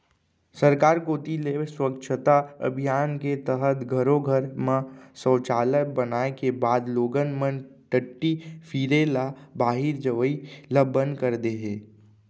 सरकार कोती ले स्वच्छता अभियान के तहत घरो घर म सौचालय बनाए के बाद लोगन मन टट्टी फिरे ल बाहिर जवई ल बंद कर दे हें